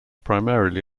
primarily